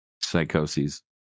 psychoses